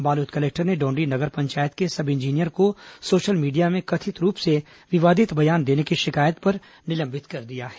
Balod collector ने डौण्डी नगर पंचायत के sub engineer को सोशल मीडिया में कथित रूप से विवादित बयान देने की शिकायत पर निलंबित कर दिया है